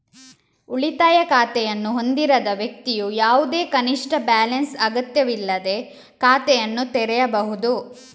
ಉಳಿತಾಯ ಖಾತೆಯನ್ನು ಹೊಂದಿರದ ವ್ಯಕ್ತಿಯು ಯಾವುದೇ ಕನಿಷ್ಠ ಬ್ಯಾಲೆನ್ಸ್ ಅಗತ್ಯವಿಲ್ಲದೇ ಖಾತೆಯನ್ನು ತೆರೆಯಬಹುದು